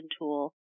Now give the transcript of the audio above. tool